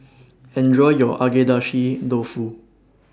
Enjoy your Agedashi Dofu